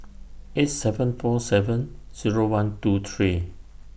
eight seven four seven Zero one two three